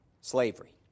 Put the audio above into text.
slavery